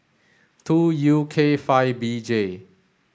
two U K five B J